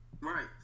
Right